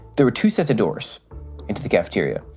there were two sets of doors into the cafeteria.